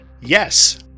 Yes